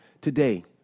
today